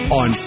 on